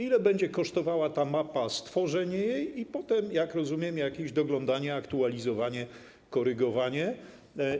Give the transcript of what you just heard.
Ile będzie kosztowała ta mapa, stworzenie jej i potem, jak rozumiem, jakieś doglądanie, aktualizowanie, korygowanie?